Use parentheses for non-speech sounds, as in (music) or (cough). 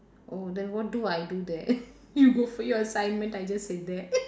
oh then what do I do there (laughs) you go for your assignment I just sit there (noise)